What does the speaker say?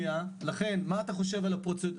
לכן מה אתה חושב על הפרוצדורה?